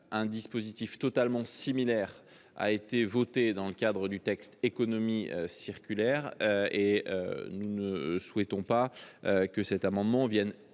un dispositif totalement similaire a été voté dans le projet de loi Économie circulaire, et nous ne souhaitons pas que cet amendement vienne